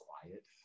quiet